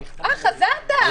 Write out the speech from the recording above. חזרת?